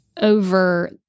over